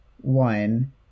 One